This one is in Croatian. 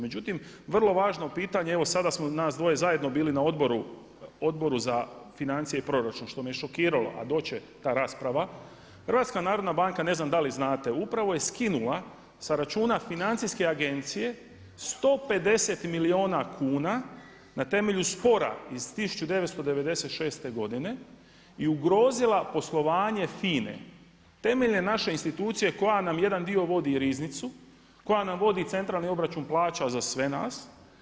Međutim, vrlo važno pitanje, evo sada smo nas dvoje zajedno bili na Odboru za financije i proračun što me šokiralo, a doći će ta rasprava, HNB ne znam da li znate upravo je skinula sa računa Financijske agencije 150 milijuna kuna na temelju spora iz 1996. godine i ugrozila poslovanje FINA-e, temeljne naše institucije koja nam jedan dio vodi Riznice, koja nam vodi COP za sve nas.